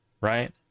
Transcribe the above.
Right